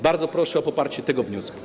Bardzo proszę o poparcie tego wniosku.